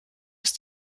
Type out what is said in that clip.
ist